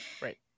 right